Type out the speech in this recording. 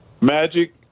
Magic